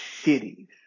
cities